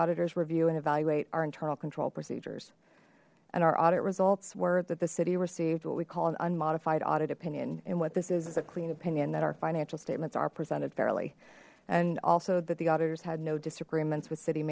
auditors review and evaluate our internal control procedures and our audit results were that the city received what we call an unmodified audit opinion and what this is is a clean opinion that our financial statements are presented fairly and also that the auditors had no disagreements with city